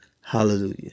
Hallelujah